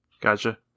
Gotcha